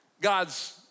God's